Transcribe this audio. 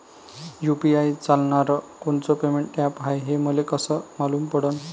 UPI चालणारं कोनचं payment app हाय, हे मले कस मालूम पडन?